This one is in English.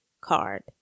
Card